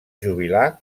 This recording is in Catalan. jubilar